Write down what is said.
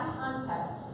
context